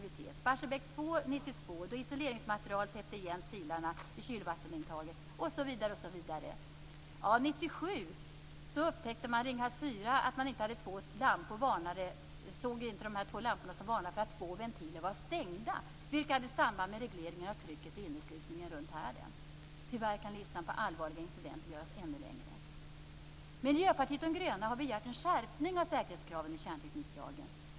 1992 i Barsebäck 2 var det isoleringsmaterial som täppte igen silarna i kylvattenintaget osv. 1997 upptäckte man i Ringhals 4 att man inte såg de två lampor som varnade för att två ventiler var stängda. Dessa ventiler hade samband med regleringen av trycket i inneslutningen runt härden. Tyvärr kan listan på allvarliga incidenter göras ännu längre. Miljöpartiet de gröna har begärt en skärpning av säkerhetskraven i kärntekniklagen.